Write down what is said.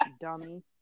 dummy